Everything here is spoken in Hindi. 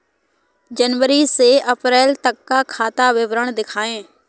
जनवरी से अप्रैल तक का खाता विवरण दिखाए?